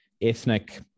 ethnic